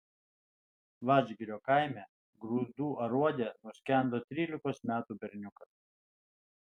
vadžgirio kaime grūdų aruode nuskendo trylikos metų berniukas